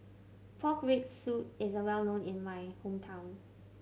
pork rib soup is well known in my hometown